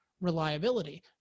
reliability